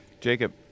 Jacob